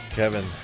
Kevin